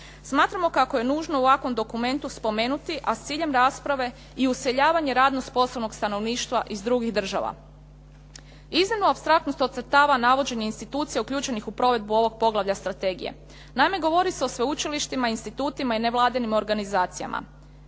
Smatramo kako je nužno u ovakvom dokumentu spomenuti, a s ciljem rasprave i useljavanje radno sposobnog stanovništva iz drugih država. Iznimnu apstraktnost ocrtava navođenje institucija uključenih u provedbu ovog poglavlja strategije. Naime, govori se o sveučilištima, institutima i nevladinim organizacijama.